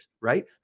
right